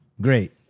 great